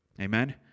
Amen